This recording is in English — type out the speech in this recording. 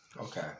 Okay